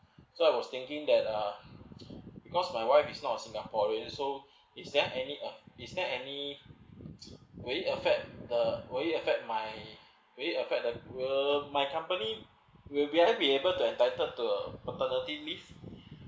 so I was thinking that uh because my wife is not a singaporean so is that any uh is that any will it affect the will it affect my will it affect the will my company will I be able entitle to paternity leave